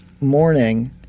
morning